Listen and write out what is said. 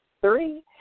Three